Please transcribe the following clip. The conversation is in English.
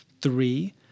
Three